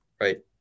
Right